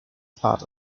part